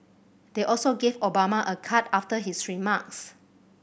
they also gave Obama a card after his remarks